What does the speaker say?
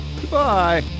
Goodbye